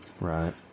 Right